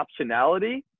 optionality